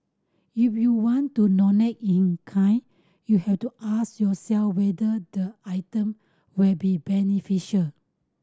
if you want to donate in kind you have to ask yourself whether the item will be beneficial